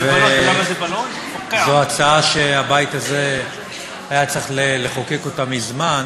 זו הצעה שהבית הזה היה צריך לחוקק מזמן,